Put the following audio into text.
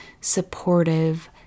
supportive